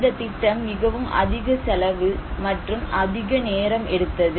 இந்த திட்டம் மிகவும் அதிக செலவு மற்றும் அதிக நேரம் எடுத்தது